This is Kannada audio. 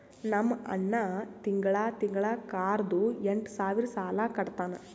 ನಮ್ ಅಣ್ಣಾ ತಿಂಗಳಾ ತಿಂಗಳಾ ಕಾರ್ದು ಎಂಟ್ ಸಾವಿರ್ ಸಾಲಾ ಕಟ್ಟತ್ತಾನ್